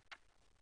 השעה.